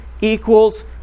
equals